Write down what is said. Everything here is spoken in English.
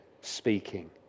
speaking